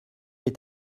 est